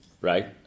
Right